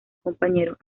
compañeros